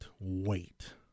wait